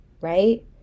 right